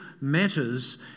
matters